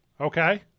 Okay